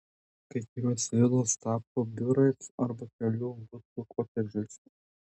kai kurios vilos tapo biurais arba kelių butų kotedžais